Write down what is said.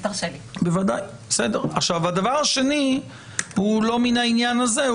הדבר השני הוא לא מן העניין הזה,